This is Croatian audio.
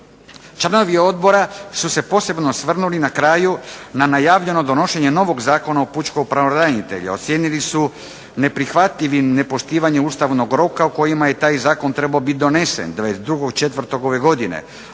Članovi odbora su se posebno osvrnuli na kraju na najavljeno donošenje novog Zakona o pučkom pravobranitelju, a ocijenili su neprihvatljivim nepoštivanje ustavnog roka u kojem je taj zakon trebao biti donesen 22.04. ove